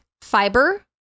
Fiber